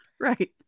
Right